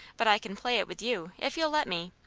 but i can play it with you, if you'll let me,